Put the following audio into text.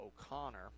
O'Connor